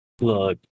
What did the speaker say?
Look